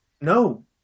No